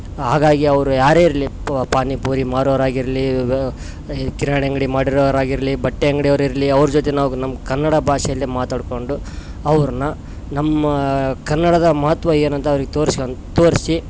ಹಾಗಾಗಿ ಅವರು ಯಾರೇ ಇರಲಿ ಪಾನಿಪುರಿ ಮಾರೋರು ಆಗಿರಲಿ ಕಿರಣಿ ಅಂಗಡಿ ಮಾಡಿರೋರು ಆಗಿರಲಿ ಬಟ್ಟೆ ಅಂಗಡಿ ಅವ್ರು ಇರಲಿ ಅವ್ರ ಜೊತೆ ನಾವು ನಮ್ಮ ಕನ್ನಡ ಭಾಷೆಯಲ್ಲೆ ಮಾತಾಡ್ಕೊಂಡು ಅವ್ರನ್ನ ನಮ್ಮ ಕನ್ನಡದ ಮಹತ್ವ ಏನಂತ ಅವ್ರಿಗೆ ತೋರಿಸ್ಕಂಡ್ ತೋರಿಸಿ